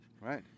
Right